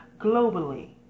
globally